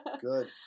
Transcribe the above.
Good